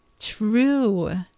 True